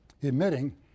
emitting